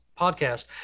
podcast